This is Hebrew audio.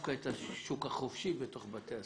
דווקא את השוק החופשי בתוך בתי הספר,